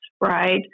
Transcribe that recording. right